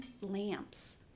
lamps